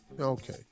Okay